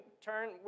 turn